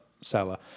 seller